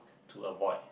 to avoid